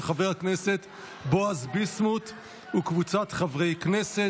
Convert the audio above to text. של חבר הכנסת בועז ביסמוט וקבוצת חברי הכנסת.